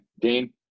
Dean